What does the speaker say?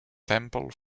temple